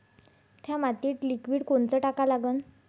थ्या मातीत लिक्विड कोनचं टाका लागन?